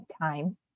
time